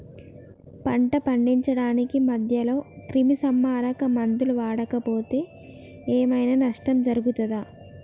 పంట పండించడానికి మధ్యలో క్రిమిసంహరక మందులు వాడకపోతే ఏం ఐనా నష్టం జరుగుతదా?